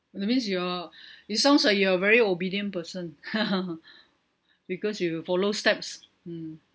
that means you're it sounds like you're a very obedient person because you follow steps mm